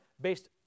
based